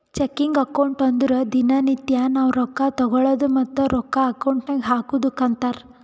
checking account ಅಂದುರ್ ದಿನಾ ನಿತ್ಯಾ ನಾವ್ ರೊಕ್ಕಾ ತಗೊಳದು ಮತ್ತ ರೊಕ್ಕಾ ಅಕೌಂಟ್ ನಾಗ್ ಹಾಕದುಕ್ಕ ಅಂತಾರ್